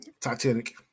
Titanic